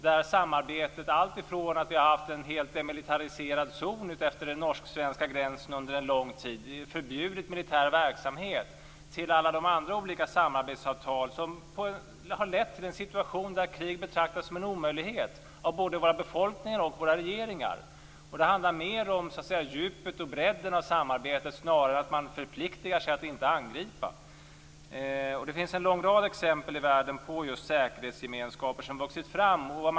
Från samarbetet att vi har haft en helt demilitariserad zon utefter den norsk-svenska gränsen under en lång tid och förbjudit militär verksamhet till alla de andra olika samarbetsavtal har detta lett till en situation där krig betraktas som en omöjlighet av både våra befolkningar och regeringar. Det handlar mer om djupet och bredden av samarbetet snarare än att man förpliktar sig att inte angripa. Det finns en lång rad exempel i världen på just säkerhetsgemenskaper som vuxit fram.